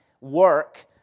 work